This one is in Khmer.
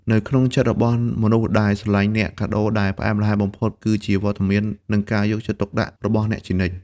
នៅក្នុងចិត្តរបស់មនុស្សដែលស្រឡាញ់អ្នក កាដូដែលផ្អែមល្ហែមបំផុត គឺជាវត្តមាន និងការយកចិត្តទុកដាក់របស់អ្នកជានិច្ច។